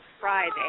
Friday